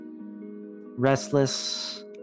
restless